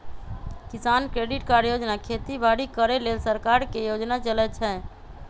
किसान credit card योजना खेती बाड़ी करे लेल सरकार के योजना चलै छै